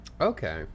Okay